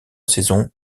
saisons